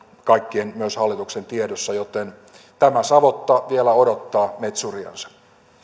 kaikkien myös hallituksen tiedossa joten tämä savotta vielä odottaa metsuriansa